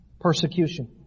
Persecution